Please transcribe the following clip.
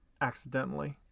accidentally